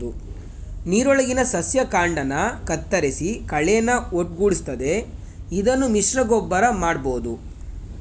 ನೀರೊಳಗಿನ ಸಸ್ಯ ಕಾಂಡನ ಕತ್ತರಿಸಿ ಕಳೆನ ಒಟ್ಟುಗೂಡಿಸ್ತದೆ ಇದನ್ನು ಮಿಶ್ರಗೊಬ್ಬರ ಮಾಡ್ಬೋದು